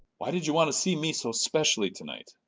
why did you want to see me so specially tonight?